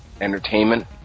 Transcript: entertainment